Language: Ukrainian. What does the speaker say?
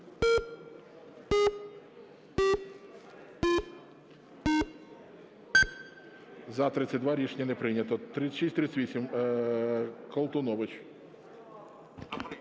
За-32 Рішення не прийнято. 3638. Колтунович.